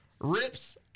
Rips